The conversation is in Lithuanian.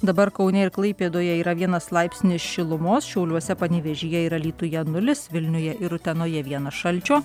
dabar kaune ir klaipėdoje yra vienas laipsnis šilumos šiauliuose panevėžyje ir alytuje nulis vilniuje ir utenoje vienas šalčio